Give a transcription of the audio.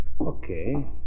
Okay